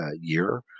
year